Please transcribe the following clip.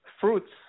fruits